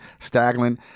Staglin